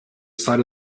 side